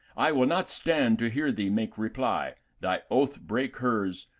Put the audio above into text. i will not stand to hear thee make reply thy oath break hers,